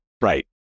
Right